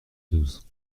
douze